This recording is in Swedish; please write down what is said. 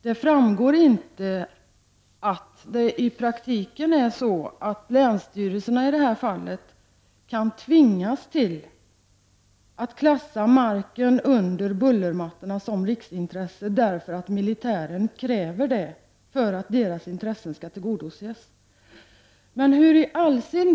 Det framgår inte att länsstyrelserna i praktiken i det här fallet kan tvingas till att klassa marken under bullermattorna som riksintresse, eftersom militären kräver det för att kunna tillgodose sina intressen.